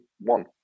one